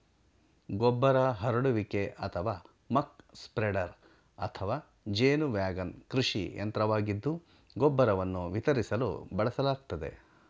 ಗೊಬ್ಬರ ಹರಡುವಿಕೆ ಅಥವಾ ಮಕ್ ಸ್ಪ್ರೆಡರ್ ಅಥವಾ ಜೇನು ವ್ಯಾಗನ್ ಕೃಷಿ ಯಂತ್ರವಾಗಿದ್ದು ಗೊಬ್ಬರವನ್ನು ವಿತರಿಸಲು ಬಳಸಲಾಗ್ತದೆ